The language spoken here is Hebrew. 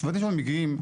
כשהצוותים שם מגיעים,